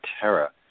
terror